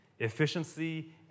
Efficiency